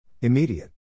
Immediate